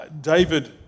David